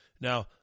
now